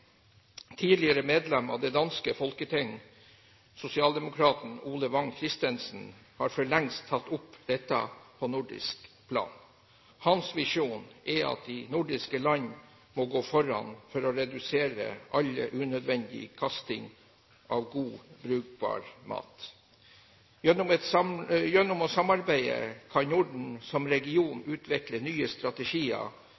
Tidligere medlem av det danske Folketinget sosialdemokraten Ole Vagn Christensen har for lengst tatt opp dette på nordisk plan. Hans visjon er at de nordiske land må gå foran for å redusere all unødvendig kasting av godt brukbar mat. Gjennom å samarbeide kan Norden som